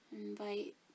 invite